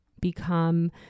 become